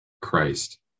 Christ